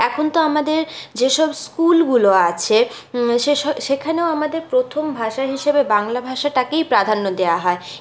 এখন তো আমাদের যেসব স্কুলগুলো আছে সেসব সেখানেও আমাদের প্রথম ভাষা হিসেবে বাংলা ভাষাটাকেই প্রাধান্য দেওয়া হয়